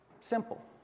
simple